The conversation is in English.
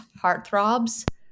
heartthrobs